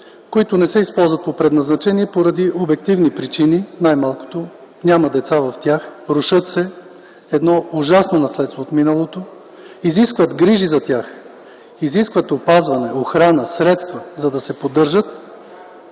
които не се използват по предназначение по обективни причини, най-малкото няма деца в тях, рушат се, едно ужасно наследство от миналото, изискват се грижи за тях, опазване, охрана и средства, за да се поддържат,